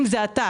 אם זה האתר,